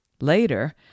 Later